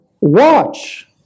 watch